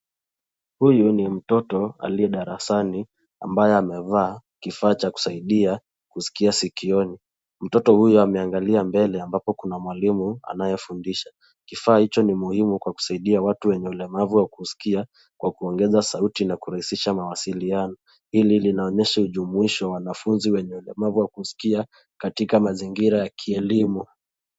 Huyu ni mtoto aliye darasani ambaye amevaa kifaa cha kusaidia kusikia sikioni. Mtoto huyo ameangalia mbele ambapo kuna mwalimu anayefundisha. Kifaa hicho ni muhimu kwa kusaidia watu wenye ulemavu wa kusikia kwa kuongeza sauti na kurahisisha mawasiliano. Hili linaonyesha ujumuisho wanafunzi wenye ulemavu wa kusikia katika mazingira ya kielimu.